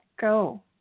go